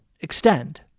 extend